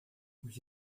hoje